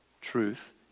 truth